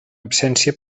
absència